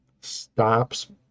stops